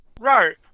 Right